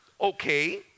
Okay